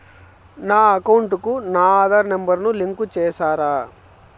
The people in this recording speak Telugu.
నా అకౌంట్ కు నా ఆధార్ నెంబర్ ను లింకు చేసారా